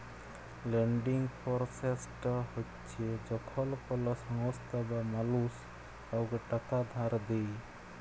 lending process হছে যখল কল সংস্থা বা মালুস কাউকে টাকা ধার দেঁই